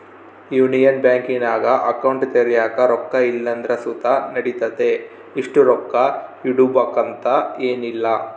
union ಬ್ಯಾಂಕಿನಾಗ account ತೆರ್ಯಾಕ ರೊಕ್ಕ ಇಲ್ಲಂದ್ರ ಸುತ ನಡಿತತೆ, ಇಷ್ಟು ರೊಕ್ಕ ಇಡುಬಕಂತ ಏನಿಲ್ಲ